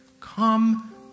Come